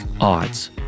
odds